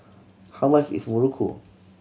how much is Muruku